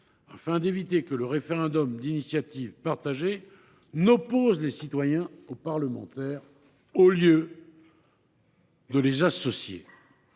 afin d’éviter que le référendum d’initiative partagée n’oppose les citoyens aux parlementaires, au lieu de les associer.